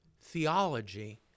theology